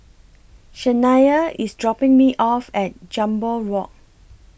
Shania IS dropping Me off At Jambol Walk